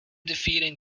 defeating